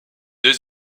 deux